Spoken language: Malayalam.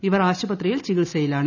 ഇവർ ആശുപത്രിയിൽ ചികിൽസയിലാണ്